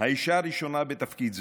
האישה הראשונה בתפקיד זה.